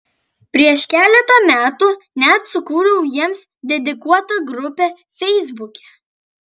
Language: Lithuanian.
prieš keletą metų net sukūriau jiems dedikuotą grupę feisbuke